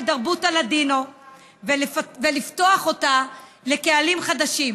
תרבות הלדינו ולפתוח אותה לקהלים חדשים